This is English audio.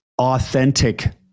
authentic